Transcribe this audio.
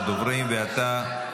לא